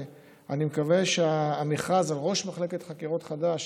אני מקווה שהמכרז על ראש מחלקת חקירות חדש